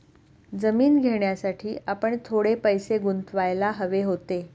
जमीन घेण्यासाठी आपण थोडे पैसे गुंतवायला हवे होते